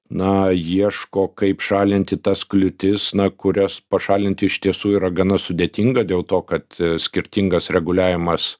na ieško kaip šalinti tas kliūtis na kurias pašalinti iš tiesų yra gana sudėtinga dėl to kad skirtingas reguliavimas